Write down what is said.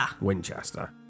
winchester